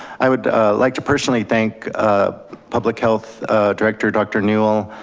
i would like to personally thank public health director dr. newell,